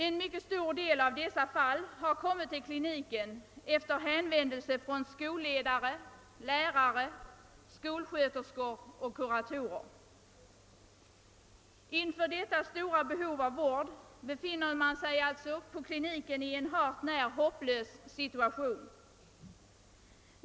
En mycket stor del av fallen har kommit till kliniken efter hänvändelse från skolledare, lärare, skolsköterskor och kuratorer. Inför detta stora behov av vård befinner man sig på kliniken i en hart när hopplös situation.